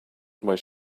where